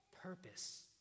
purpose